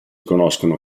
conoscono